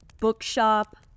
Bookshop